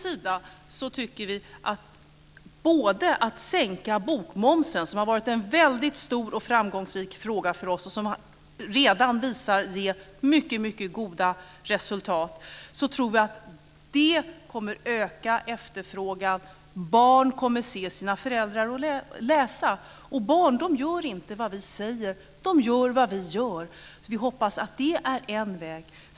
Sänkningen av bokmomsen har varit en väldigt stor och framgångsrik fråga för oss i Miljöpartiet. Denna sänkning har redan visat sig ge mycket goda resultat. Vi tror att det kommer att öka efterfrågan. Barn kommer att se sina föräldrar läsa. Och barn gör inte det som vi säger, de gör det som vi gör. Vi hoppas att det är en väg.